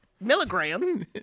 Milligrams